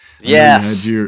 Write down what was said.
Yes